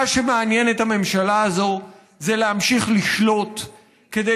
מה שמעניין את הממשלה הזאת זה להמשיך לשלוט כדי